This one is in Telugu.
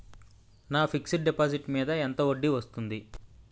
నా ఫిక్సడ్ డిపాజిట్ మీద ఎంత వడ్డీ వస్తుంది?